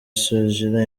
sugira